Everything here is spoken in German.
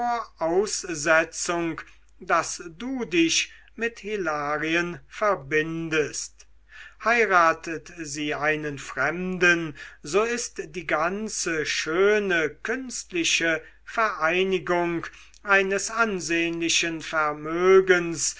voraussetzung daß du dich mit hilarien verbindest heiratet sie einen fremden so ist die ganze schöne künstliche vereinigung eines ansehnlichen vermögens